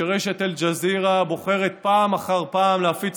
שרשת אל-ג'זירה בוחרת פעם אחר פעם להפיץ